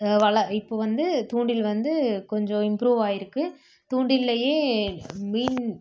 வலை இப்போ வந்து தூண்டில் வந்து கொஞ்சம் இம்ப்ரூவ் ஆயிருக்கு தூண்டில்லையே மீன்